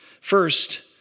First